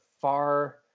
far